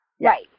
right